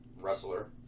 wrestler